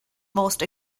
most